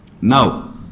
Now